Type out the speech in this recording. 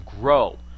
grow